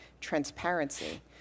transparency